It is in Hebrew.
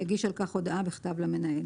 יגיש על כך הודעה בכתב למנהל".